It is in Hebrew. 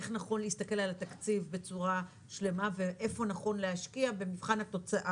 איך נכון להסתכל על התקציב בצורה שלמה ואיפה נכון להשקיע במבחן התוצאה.